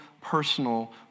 personal